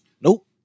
nope